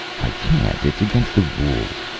i can't. it's against the rules.